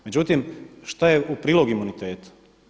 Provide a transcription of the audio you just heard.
Međutim, šta je u prilog imunitetu?